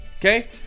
okay